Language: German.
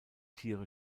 tiere